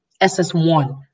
SS1